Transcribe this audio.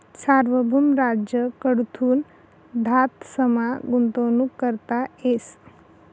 सार्वभौम राज्य कडथून धातसमा गुंतवणूक करता येस